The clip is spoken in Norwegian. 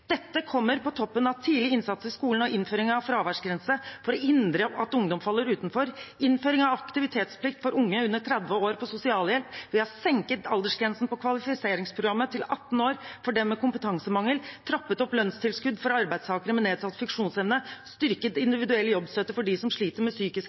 Dette kommer på toppen av tidlig innsats i skolen og innføring av fraværsgrense for å hindre at ungdom faller utenfor og innføring av aktivitetsplikt for unge under 30 år på sosialhjelp. Vi har senket aldergrensen på kvalifiseringsprogrammet til 18 år for dem med kompetansemangel, trappet opp lønnstilskudd for arbeidstakere med nedsatt funksjonsevne og styrket individuell jobbstøtte for dem som sliter med